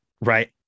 Right